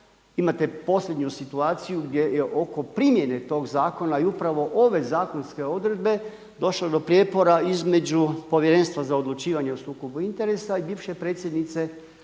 Imate posljednju situaciju gdje je oko primjene tog zakona i upravo ove zakonske odredbe došlo do prijepora između Povjerenstva za odlučivanje o sukobu interesa i bivše predsjednice